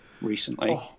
recently